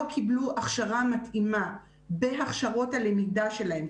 קיבלו הכשרה מתאימה בהכשרות הלמידה שלהם,